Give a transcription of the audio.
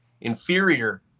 inferior